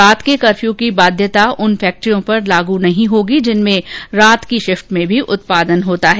रात के कफ्यू की बाध्यता उन फैक्ट्रियों पर लागू नहीं होगी जिनमें रात की शिफ्ट में भी उत्पादन होता है